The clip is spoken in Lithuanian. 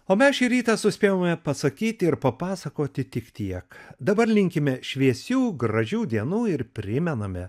o mes šį rytą suspėjome pasakyti ir papasakoti tik tiek dabar linkime šviesių gražių dienų ir primename